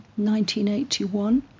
1981